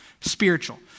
spiritual